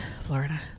Florida